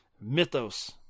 mythos